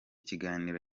kiganiro